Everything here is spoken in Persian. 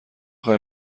خوای